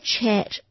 chat